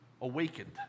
awakened